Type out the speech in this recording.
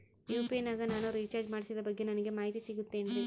UPI ನಾಗ ನಾನು recharge ಮಾಡಿಸಿದ ಬಗ್ಗೆ ನನಗೆ ಮಾಹಿತಿ ಸಿಗುತೇನ್ರೀ?